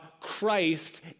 Christ